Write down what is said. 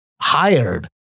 hired